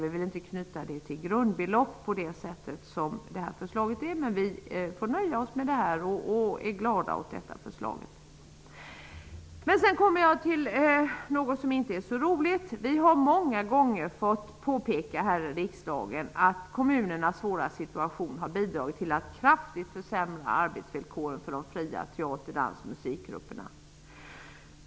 Vi vill inte knyta dem till grundbelopp på det sätt som här föreslås, men vi får nöja oss med det och är glada åt detta förslag. Sedan kommer jag till något som inte är så roligt. Vi har många gånger fått påpeka här i riksdagen att kommunernas svåra situation har bidragit till att kraftigt försämra arbetsvillkoren för de fria teater-, dans-, och musikgrupperna.